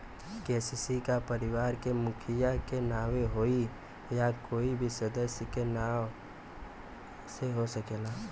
KCC का परिवार के मुखिया के नावे होई या कोई भी सदस्य के नाव से हो सकेला?